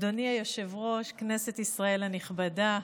אדוני היושב-ראש, כנסת ישראל הנכבדה,